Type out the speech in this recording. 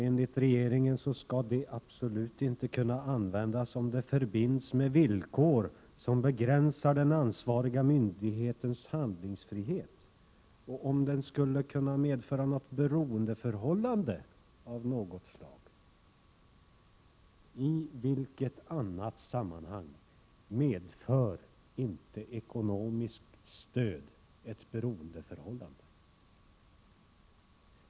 Enligt regeringen skall sponsring absolut inte kunna användas om den förbinds med villkor som begränsar ansvariga myndigheters handlingsfrihet och om den skulle kunna medföra något beroendeförhållande av något slag. I vilket annat sammanhang medför inte ekonomiskt stöd ett beroendeförhållande?